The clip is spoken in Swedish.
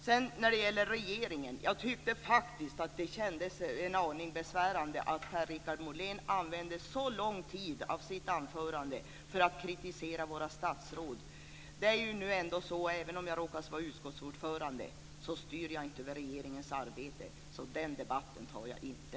När det gäller det som sades om regeringen vill jag säga att jag tyckte att det kändes en aning besvärande att Per-Richard Molén använde så lång tid av sitt anförande för att kritisera våra statsråd. Även om jag råkar vara utskottsordförande styr jag inte över regeringens arbete, så den debatten tar jag inte.